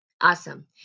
awesome